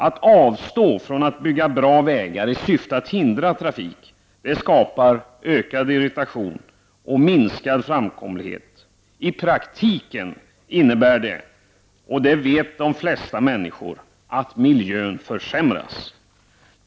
Att avstå från att bygga bra vägar i syfte att hindra trafiken är att skapa ökad irritation och minskad framkomlighet. I praktiken innebär det — och det vet de flesta människor — att miljön försämras.